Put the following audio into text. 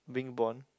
being born